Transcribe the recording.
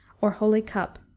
or holy cup,